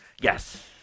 Yes